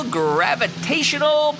gravitational